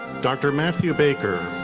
dr. matthew baker,